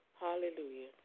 Hallelujah